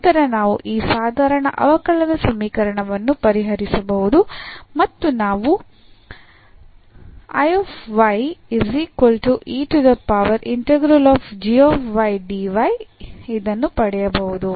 ನಂತರ ನಾವು ಈ ಸಾಧಾರಣ ಅವಕಲನ ಸಮೀಕರಣವನ್ನು ಪರಿಹರಿಸಬಹುದು ಮತ್ತು ನಾವು ಇದನ್ನು ಪಡೆಯಬಹುದು